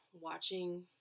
watching